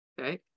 Okay